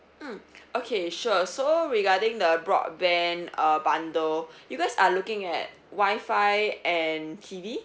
mm okay sure so regarding the broadband uh bundle you guys are looking at wifi and T_V